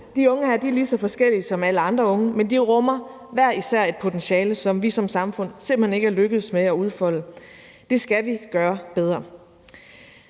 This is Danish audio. her unge er lige så forskellige som alle andre unge, men de rummer hver især et potentiale, som vi som samfund simpelt hen ikke er lykkedes med at udfolde. Det skal vi gøre bedre.